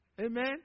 Amen